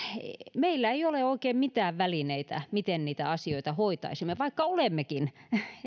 meillä ei ole oikein mitään välineitä miten niitä asioita hoitaisimme vaikka olemmekin